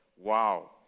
Wow